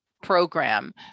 program